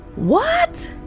what?